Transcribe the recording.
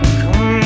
come